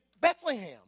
Bethlehem